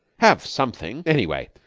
have something, anyway,